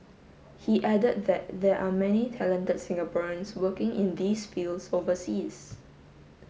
he added that there are many talented Singaporeans working in these fields overseas